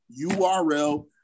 URL